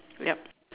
yup